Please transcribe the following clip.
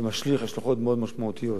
זה משליך השלכות מאוד משמעותיות,